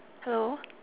hello